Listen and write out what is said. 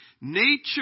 Nature